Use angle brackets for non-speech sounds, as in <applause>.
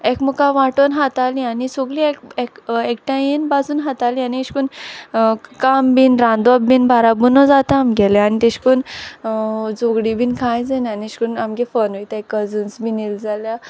एकमुका वांटोन हातालीं आनी सोगलीं <unintelligible> एकठांय येन भाजून हातालीं आनी अेश कोन्न काम बीन रांदोप बीन बाराबोनू जाता आमगेलें आनी तेश कोन्न झोगडीं बीन कांय जायनाय आनी अेश कोन्न आमगे फन ओयताय कझन्स बीन येल जाल्या